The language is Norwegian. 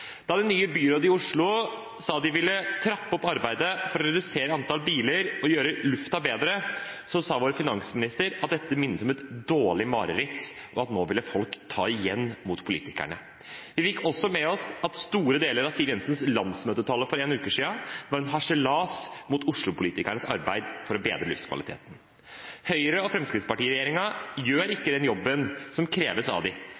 Da det nye byrådet i Oslo sa de ville trappe opp arbeidet med å redusere antall biler og gjøre luften bedre, sa vår finansminister at dette minnet om et dårlig mareritt, og at nå ville folk ta igjen mot politikerne. Vi fikk også med oss at store deler av Siv Jensens landsmøtetale for en uke siden var en harselas med Oslo-politikernes arbeid for å bedre luftkvaliteten. Høyre–Fremskrittsparti-regjeringen gjør ikke den jobben som kreves av dem. Tvert imot, de